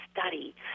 study